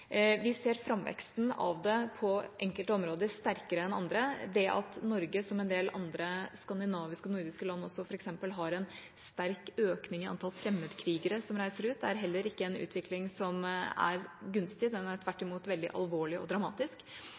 Vi ser framveksten av det sterkere på enkelte områder enn på andre. Det at Norge, som en del andre skandinaviske og nordiske land, f.eks. har en sterk økning i antall fremmedkrigere som reiser ut, er heller ikke en utvikling som er gunstig. Den er tvert imot veldig alvorlig og dramatisk.